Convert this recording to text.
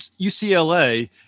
UCLA